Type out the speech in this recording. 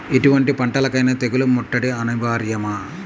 ఎటువంటి పంటలకైన తెగులు ముట్టడి అనివార్యమా?